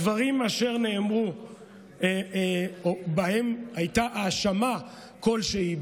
הדברים אשר נאמרו שהייתה בהם האשמה כלשהי,